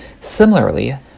Similarly